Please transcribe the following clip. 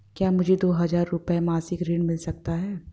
क्या मुझे दो हज़ार रुपये मासिक ऋण मिल सकता है?